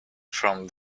from